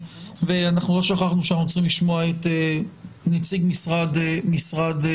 ולא שכחנו שאנחנו צריכים לשמוע את נציג משרד האוצר.